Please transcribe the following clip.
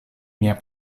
mia